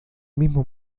mismo